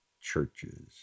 churches